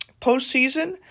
postseason